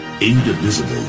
indivisible